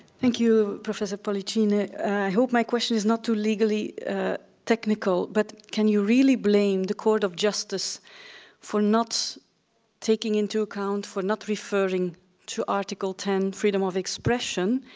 thank you, professor pollicino. i hope my question is not too legally technical, but can you really blame the court of justice for not taking into account, for not referring to article ten, freedom of expression,